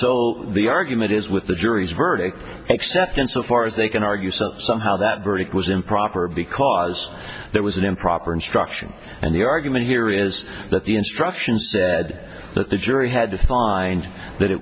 so the argument is with the jury's verdict except insofar as they can argue so somehow that verdict was improper because there was an improper instruction and the argument here is that the instructions that the jury had to find that it